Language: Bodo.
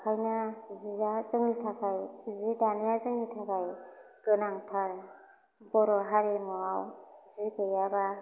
बेनिखायनो जिया जोंनि थाखाय जि दानाया जोंनि थाखाय गोनांथार बर' हारिमुवाव जि गैयाबा